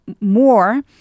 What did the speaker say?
more